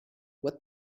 what